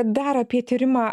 dar apie tyrimą